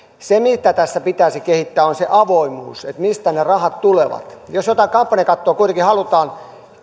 se mitä tässä pitäisi kehittää on se avoimuus siinä mistä ne rahat tulevat jos jotain kampanjakattoa kuitenkin halutaan